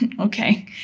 okay